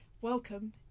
welcome